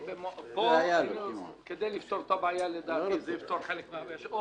פה, לדעתי, זה יפתור חלק מהבעיה: "או